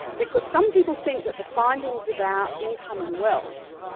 because some people think that the findings about income and wealth,